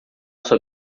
sua